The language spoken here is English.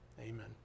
Amen